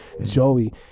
Joey